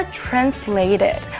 translated